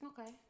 okay